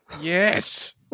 Yes